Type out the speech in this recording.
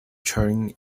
train